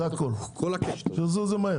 שיזוזו מהר,